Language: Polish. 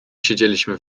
siedzieliśmy